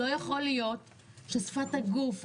לא יכול להיות ששפת הגוף,